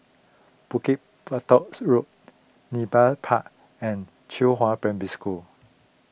Bukit Batoks Road Nepal Park and Qihua Primary School